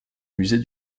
musée